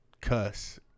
Cuss